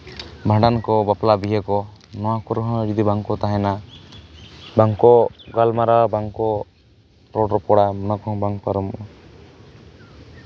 ᱵᱷᱟᱸᱰᱟᱱ ᱠᱚ ᱵᱟᱯᱞᱟ ᱵᱤᱦᱟᱹ ᱠᱚ ᱱᱚᱣᱟ ᱠᱚᱨᱮ ᱦᱚᱸ ᱡᱩᱫᱤ ᱵᱟᱝᱠᱚ ᱛᱟᱦᱮᱱᱟ ᱵᱟᱝ ᱠᱚ ᱜᱟᱞᱢᱟᱨᱟᱣᱟ ᱵᱟᱝ ᱠᱚ ᱨᱚᱲ ᱨᱚᱯᱚᱲᱟ ᱚᱱᱟ ᱠᱚᱦᱚᱸ ᱵᱟᱝ ᱯᱟᱨᱚᱢᱚᱜᱼᱟ